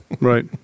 right